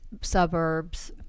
suburbs